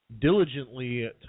diligently